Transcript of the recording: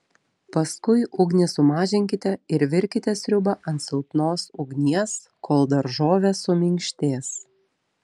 paskui ugnį sumažinkite ir virkite sriubą ant silpnos ugnies kol daržovės suminkštės